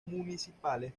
municipales